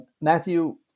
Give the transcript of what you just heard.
Matthew